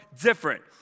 different